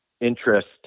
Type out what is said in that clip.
interest